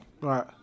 Right